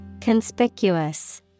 Conspicuous